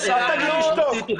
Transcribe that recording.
אל תגיד לי לשתוק.